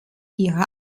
ihre